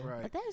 Right